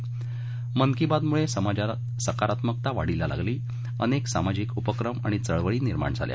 मन की बातमुळे समाजात सकारात्मकता वाढीस लागली अनेक सामाजिक उपक्रम आणि चळवळी निर्माण झाल्या